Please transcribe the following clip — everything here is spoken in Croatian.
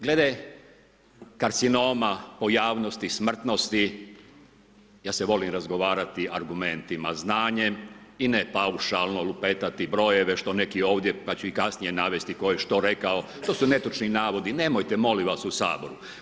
Glede karcinoma pojavnosti smrtnosti ja se volim razgovarati argumentima, znanjem i ne paušalno lupetati brojeve što neki ovdje pa ću kasnije navesti tko je što rekao, to su netočni navodi, nemojte molim vas u Saboru.